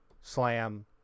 slam